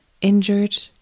injured